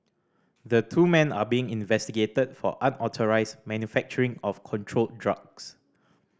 the two men are being investigated for unauthorised manufacturing of controlled drugs